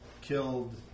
killed